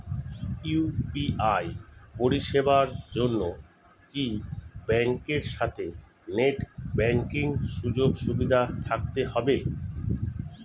UPI পরিষেবার জন্য কি ব্যাংকের সাথে নেট ব্যাঙ্কিং সুযোগ সুবিধা থাকতে হবে?